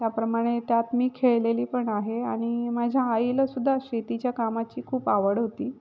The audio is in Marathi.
त्याप्रमाणे त्यात मी खेळलेली पण आहे आणि माझ्या आईला सुद्धा शेतीच्या कामाची खूप आवड होती